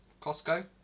Costco